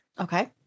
Okay